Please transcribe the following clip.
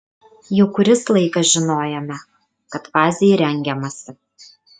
jau kuris laikas žinojome kad fazei rengiamasi